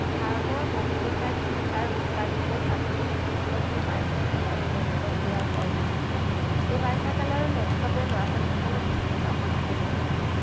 ভাৰতৰ বহুতো ঠাইত শিক্ষাৰ উৎসাহ দিবলৈ ছাত্ৰ ছাত্ৰীসকলক যি বাইচাইকেল আৰু লেপটপ দিয়া হয় এই বাইচাইকেল আৰু লেপটপে ল'ৰা ছোৱালীসকলৰ বহুতো কামত আহে বুলি মই ভাবোঁ